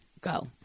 Go